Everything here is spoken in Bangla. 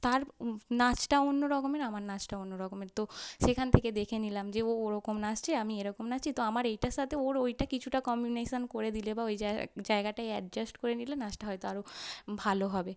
তার নাচটা অন্য রকমের আমার নাচটা অন্য রকমের তো সেখান থেকে দেখে নিলাম যে ও ওরকম নাচছে আমি এরকম নাচি তো আমার এইটার সাথে ওর ওইটা কিছুটা কম্বিনেশান করে দিলে বা ওই জায়গাটায় অ্যাডজাস্ট করে নিলে নাচটা হয়তো আরও ভালো হবে